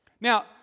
Now